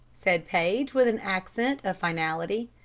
said paige, with an accent of finality.